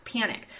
panic